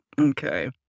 okay